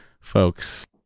folks